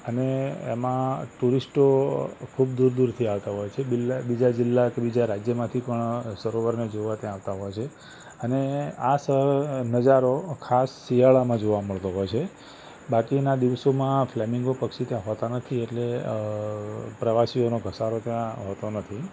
અને એમાં ટુરિસ્ટો ખૂબ દૂર દૂરથી આવતા હોય છે બિલ્લા બીજા જિલ્લા કે બીજા રાજ્યમાંથી સરોવરને જોવા ત્યાં આવતા હોય છે અને આ સ નજારો ખાસ શિયાળામાં જોવા મળતો હોય છે બાકીના દિવસોમાં આ ફ્લૅમિન્ગો પક્ષી ત્યાં હોતાં નથી એટલે ત્યાં પ્રવાસીઓને ઘસરો ત્યાં હોતો નથી